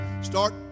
Start